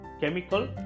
chemical